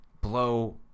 blow